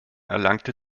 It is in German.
erlangte